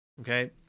Okay